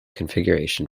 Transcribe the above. configuration